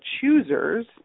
choosers